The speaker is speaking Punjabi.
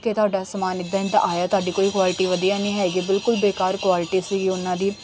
ਇਹ ਤੁਹਾਡਾ ਸਮਾਨ ਇੱਦਾਂ ਹੀ ਆਇਆ ਤੁਹਾਡੀ ਕੋਈ ਕੁਆਲਟੀ ਵਧੀਆ ਨਹੀਂ ਹੈਗੀ ਬਿਲਕੁਲ ਬੇਕਾਰ ਕੁਆਲਟੀ ਸੀਗੀ ਉਨ੍ਹਾਂ ਦੀ